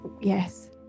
yes